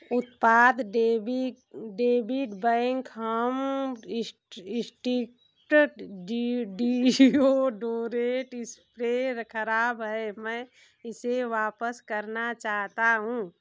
उत्पाद डेविड डेविड बैंक हम इस्टिक्ड डियो डियोडोरेट स्प्रे ख़राब है मैं इसे वापस करना चाहता हूँ